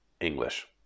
English